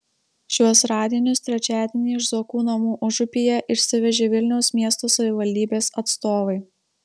šiuos radinius trečiadienį iš zuokų namų užupyje išsivežė vilniaus miesto savivaldybės atstovai